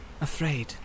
Afraid